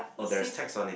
oh there is text on it